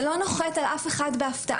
זה לא נוחת על אף אחד בהפתעה.